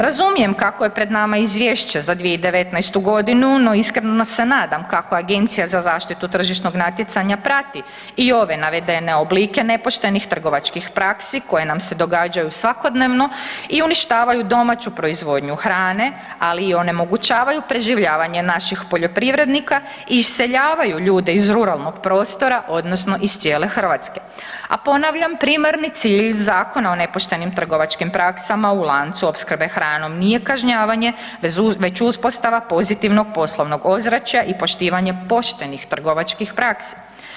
Razumijem kako je pred nama izvješće za 2019.g. no iskreno se nadam kako AZTN prati i ove navedene oblike nepoštenih trgovačkih praksi koje nam se događaju svakodnevno i uništavaju domaću proizvodnju hrane, ali i onemogućavaju preživljavanje naših poljoprivrednika i iseljavaju ljude iz ruralnog područja odnosno iz cijele Hrvatske, a ponavljam, primarni cilj Zakona o nepoštenim trgovačkim praksama u lancu opskrbe hranom nije kažnjavanje već uspostava pozitivnog poslovnog ozračja i poštivanje poštenih trgovačkih praksi.